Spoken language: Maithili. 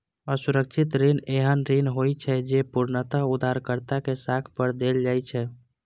असुरक्षित ऋण एहन ऋण होइ छै, जे पूर्णतः उधारकर्ता के साख पर देल जाइ छै